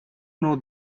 know